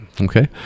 Okay